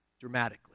dramatically